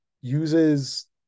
uses